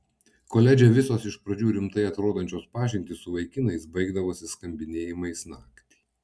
koledže visos iš pradžių rimtai atrodančios pažintys su vaikinais baigdavosi skambinėjimais naktį